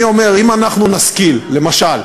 אני אומר, אם אנחנו נשכיל, למשל,